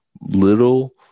little